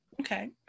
Okay